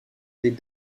des